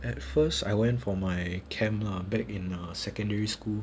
at first I went for my camp lah back in err secondary school